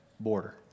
border